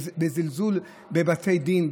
זלזול בבתי דין,